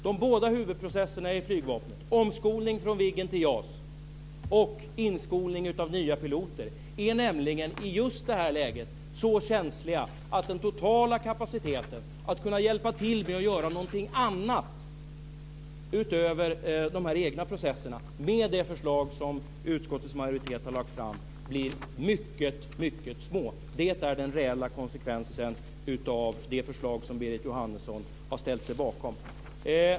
De båda huvudprocesserna i flygvapnet - omskolning från Viggen till JAS och inskolning av nya piloter - är nämligen i just detta läge så känsliga att den totala kapaciteten att kunna hjälpa till att göra någonting annat utöver de egna processerna med det förslag som utskottets majoritet har lagt fram blir mycket liten. Det är den reella konsekvensen av det förslag som Berit Jóhannesson har ställt sig bakom.